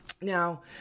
Now